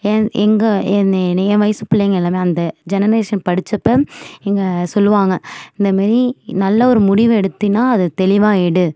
ஏன் எங்கள் என் என் வயசு பிள்ளைங்க எல்லாமே அந்த ஜெனரேஷன் படிச்சப்போ எங்கே சொல்லுவாங்க இந்த மாரி நல்ல ஒரு முடிவு எடுத்தின்னா அதை தெளிவாக எடு